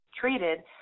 treated